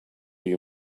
you